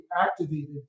activated